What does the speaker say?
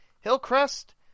Hillcrest